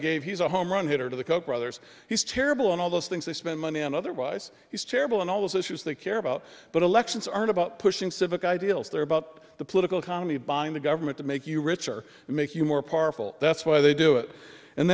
gave he's a home run hitter the koch brothers he's terrible on all those things they spend money on otherwise he's terrible and all those issues they care about but elections aren't about pushing civic ideals they're about the political economy buying the government to make you richer make you more powerful that's why they do it and